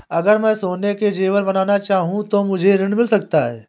अगर मैं सोने के ज़ेवर बनाना चाहूं तो मुझे ऋण मिल सकता है?